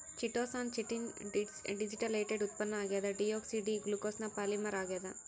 chitosan chitin ನ deacetylated ಉತ್ಪನ್ನ ಆಗ್ಯದ ಡಿಯೋಕ್ಸಿ ಡಿ ಗ್ಲೂಕೋಸ್ನ ಪಾಲಿಮರ್ ಆಗ್ಯಾದ